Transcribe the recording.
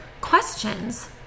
questions